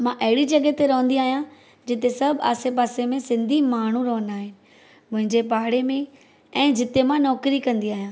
मां अहिड़ी जॻहि ते रहंदी आहियां जिते सभु आसे पासे में सिन्धी माण्हू रहंदा आहिनि मुंहिंजे पाड़े में ऐं जिते मां नौकरी कंदी आहियां